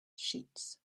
sheets